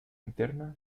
interna